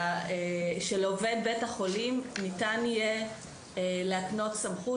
שלעובד בית החולים ניתן יהיה להקנות סמכות,